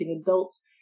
adults